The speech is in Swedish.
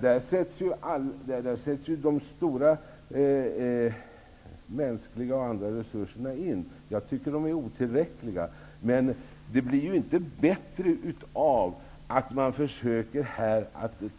Där sätts ju de stora mänskliga och andra resurserna in. Jag tycker att de är otillräckliga. Men det blir ju inte bättre av att man här försöker